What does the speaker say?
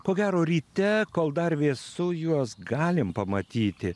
ko gero ryte kol dar vėsu juos galim pamatyti